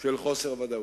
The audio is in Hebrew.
של חוסר ודאות.